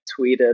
tweeted